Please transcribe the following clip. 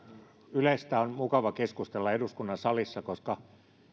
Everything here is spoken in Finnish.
ylestä on mukava keskustella eduskunnan salissa koska